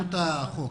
פרשנות החוק.